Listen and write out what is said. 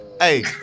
Hey